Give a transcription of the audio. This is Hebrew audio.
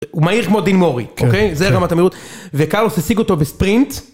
הוא מהיר כמו דין מורי, זה גם התמידות, וקארוס השיג אותו בספרינט.